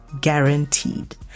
guaranteed